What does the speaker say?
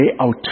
out